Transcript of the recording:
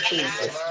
Jesus